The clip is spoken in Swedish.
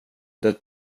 det